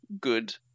good